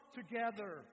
together